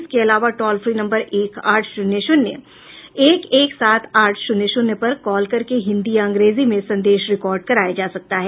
इसके अलावा toll free number एक आठ शून्य शून्य एक एक सात आठ शून्य शून्य पर कॉल करके हिन्दी या अंग्रेजी में संदेश रिकार्ड कराया जा सकता है